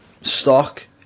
stock